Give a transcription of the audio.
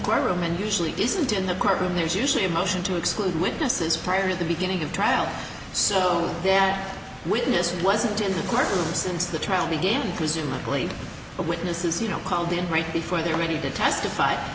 courtroom and usually isn't in the courtroom there's usually a motion to exclude witnesses prior to the beginning of trial so that witness wasn't in the court since the trial began presumably the witnesses you know called in right before they're ready to testify